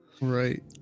right